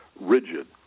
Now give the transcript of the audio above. rigid